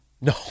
No